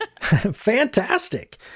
Fantastic